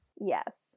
Yes